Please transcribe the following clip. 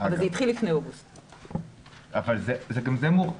זה התחיל לפני אוגוסט.